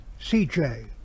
CJ